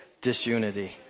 disunity